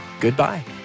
goodbye